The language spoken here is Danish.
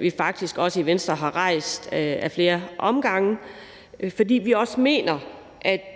vi faktisk også i Venstre har rejst ad flere omgange, fordi vi mener, at